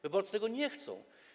Wyborcy tego nie chcą.